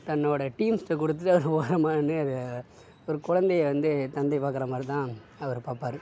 தன்னோடய டீம்ஸ்டே கொடுத்துட்டு அவர் ஓரமாக நின்று அதை ஒரு குழந்தையை வந்து தந்தையை பார்க்குற மாதிரி தான் அவர் பார்ப்பாரு